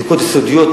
בדיקות יסודיות,